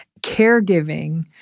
caregiving